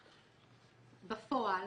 בפועל,